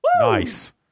Nice